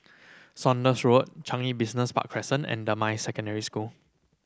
Saunders Road Changi Business Park Crescent and Damai Secondary School